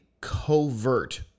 covert